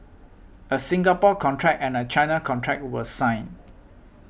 a Singapore contract and a China contract were signed